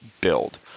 build